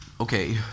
okay